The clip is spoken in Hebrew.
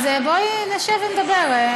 אז בואי נשב ונדבר.